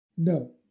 no